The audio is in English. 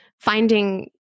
finding